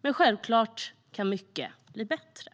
Men självklart kan mycket bli bättre.